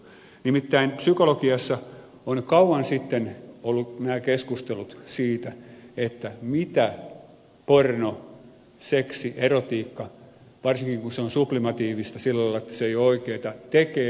nimittäin psykologiassa on kauan sitten ollut nämä keskustelut siitä mitä porno seksi erotiikka varsinkin kun se on sublimatiivista sillä lailla että se ei ole oikeata tekee luovuudelle ja innovatiivisuudelle